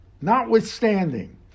notwithstanding